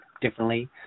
differently